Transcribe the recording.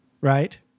right